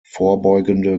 vorbeugende